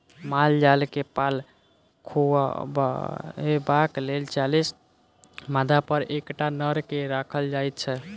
माल जाल के पाल खुअयबाक लेल चालीस मादापर एकटा नर के राखल जाइत छै